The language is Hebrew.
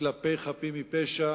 כלפי חפים מפשע,